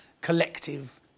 collective